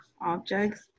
objects